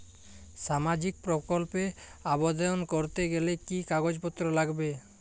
সামাজিক প্রকল্প এ আবেদন করতে গেলে কি কাগজ পত্র লাগবে?